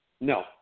No